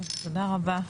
תודה רבה.